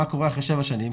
מה קורה אחרי שבע שנים?